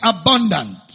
abundant